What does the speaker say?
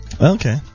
Okay